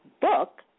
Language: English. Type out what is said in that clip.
book